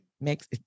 Makes